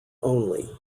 only